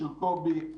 של קובי.